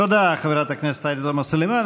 תודה, חברת הכנסת עאידה תומא סלימאן.